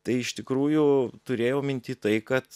tai iš tikrųjų turėjau minty tai kad